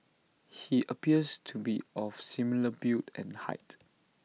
he appears to be of similar build and height